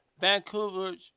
Vancouver